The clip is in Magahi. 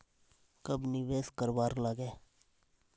कब निवेश करवार लागे?